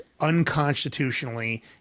unconstitutionally